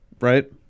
right